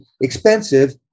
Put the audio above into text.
expensive